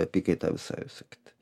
apykaitą visą visa kita